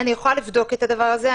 אני יכולה לבדוק את הדבר הזה.